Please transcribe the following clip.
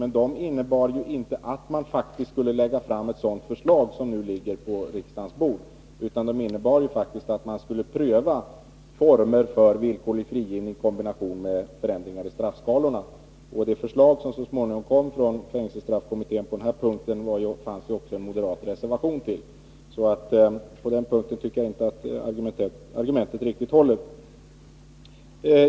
Men de innebar ju inte att man skulle lägga fram ett sådant förslag som nu ligger på riksdagens bord, utan de innebar faktiskt att man skulle pröva former för villkorlig frigivning i kombination med förändringar i straffskalorna. Till det förslag som så småningom kom från fängelsestraffkommittén i detta avseende fanns ju också en moderat reservation. På den punkten tycker jag därför inte att justitieministerns argument riktigt håller.